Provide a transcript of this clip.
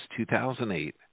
2008